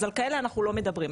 אז על כאלה אנחנו לא מדברים,